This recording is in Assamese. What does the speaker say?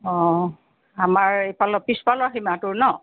অ আমাৰ এইফালৰ পিছফালৰ সীমাটো ন'